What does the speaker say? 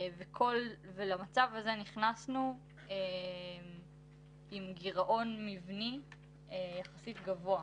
ולמצב הזה נכנסנו עם גירעון מבני יחסית גבוה,